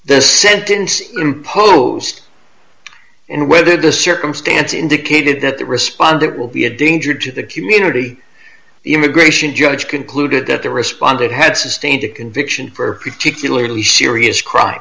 the sentence imposed and whether the circumstance indicated that the respondent will be a danger to the community the immigration judge concluded that the responded had sustained a conviction for particularly serious crime